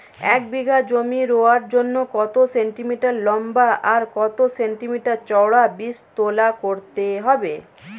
এক বিঘা জমি রোয়ার জন্য কত সেন্টিমিটার লম্বা আর কত সেন্টিমিটার চওড়া বীজতলা করতে হবে?